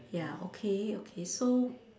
ya okay okay so